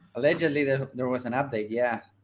allegedly, there there was an update? yeah.